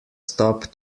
stop